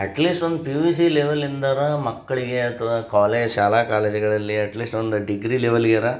at least ಒಂದು P U C ಲೆವೆಲಿಂದರೂ ಮಕ್ಕಳಿಗೆ ಅಥವಾ ಕಾಲೇಜ್ ಶಾಲಾ ಕಾಲೇಜ್ಗಳಲ್ಲಿ ಅಟ್ ಲೀಸ್ಟ್ ಒಂದು ಡಿಗ್ರಿ ಲೆವೆಲ್ಗ್ಯರೂ